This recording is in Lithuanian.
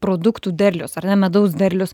produktų derlius ar ne medaus derlius